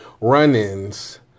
run-ins